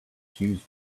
accused